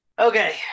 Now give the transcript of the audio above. Okay